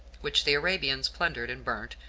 which the arabians plundered and burnt,